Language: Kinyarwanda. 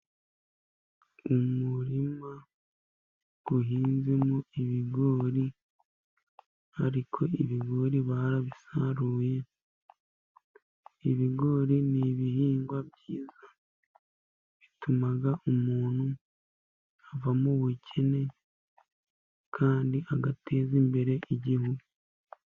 Umurima uhinzemo ibigori ariko ibigori barabisaruye, ibigori n'ibihingwa byiza, bituma umuntu ava m'ubukene kandi agateza imbere igihu.